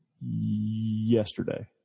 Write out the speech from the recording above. yesterday